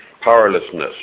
powerlessness